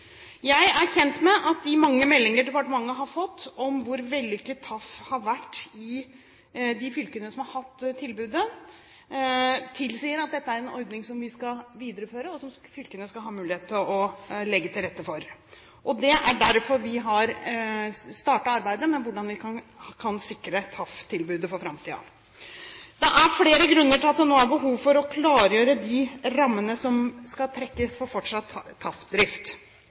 Jeg er kjent med de mange meldinger departementet har fått, om hvor vellykket TAF har vært i de fylkene som har hatt tilbudet. Det tilsier at dette er en ordning som vi skal videreføre, og som fylkene skal ha mulighet til å legge til rette for. Det er derfor vi har startet arbeidet med hvordan vi kan sikre TAF-tilbudet for framtiden. Det er flere grunner til at det nå er behov for å klargjøre de rammene som skal trekkes for fortsatt